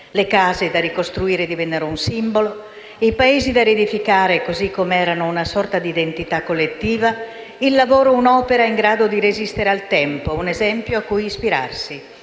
Le case da ricostruire divennero un simbolo, i paesi da riedificare così com'erano una sorta di identità collettiva, il lavoro un'opera in grado di resistere al tempo, un esempio cui ispirarsi.